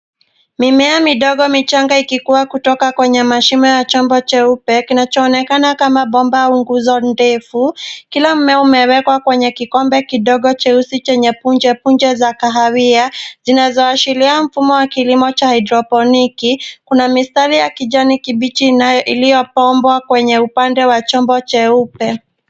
Mimea midogo michana ikikua kutoka kwenye mashimo ya chombo cheupe kinachoonekana kama bomba au nguzo ndefu. Kila mmea umewekwa kwenye kikombe kidogo cheusi chenye punjepunje za kahawia zinazoashiria mfumo wa kilimo cha haedroponiki. Kuna mistari ya kijani kibichi inayo...iliyopangwa kwenye upande wa chombo cheupe.